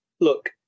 look